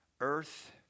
earth